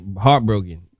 heartbroken